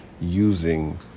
using